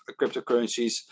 cryptocurrencies